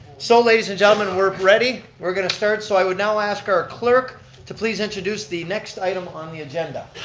so ladies and gentlemen, we're ready. we're going to start so i would now ask our clerk to please introduce the next item on the agenda.